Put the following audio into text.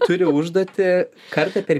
turi užduotį kartą per